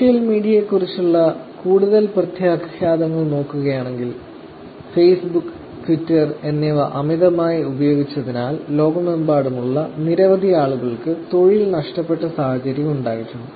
social മീഡിയയെ കുറിച്ചുള്ള കൂടുതൽ പ്രത്യാഘാതങ്ങൾ കാണുകയാണെങ്കിൽ ഫേസ്ബുക്ക് ട്വിറ്റർ എന്നിവ അമിതമായി ഉപയോഗിച്ചതിനാൽ ലോകമെമ്പാടുമുള്ള നിരവധി ആളുകൾക്ക് തൊഴിൽ നഷ്ടപ്പെട്ട സാഹചര്യം ഉണ്ടായിട്ടുണ്ട്